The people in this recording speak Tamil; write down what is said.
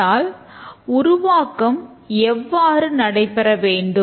ஆனால் உருவாக்கம் எவ்வாறு நடைபெற வேண்டும்